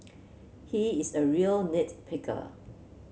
he is a real nit picker